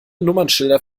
nummernschilder